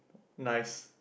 nice